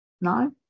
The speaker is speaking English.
No